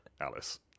alice